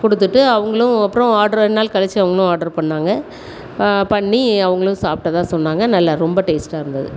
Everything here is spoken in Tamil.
கொடுத்துட்டு அவங்களும் அப்புறம் ஆர்டரு ரெண்ட் நாள் கழிச்சு அவங்களும் ஆர்டர் பண்ணிணாங்க பண்ணி அவங்களுக்கு சாப்பிட்டதா சொன்னாங்க நல்ல ரொம்ப டேஸ்ட்டாயிருந்தது